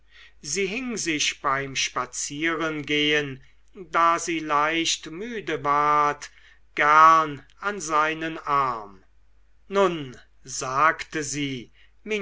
sie hing sich beim spazierengehen da sie leicht müde ward gern an seinen arm nun sagte sie